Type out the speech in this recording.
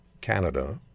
Canada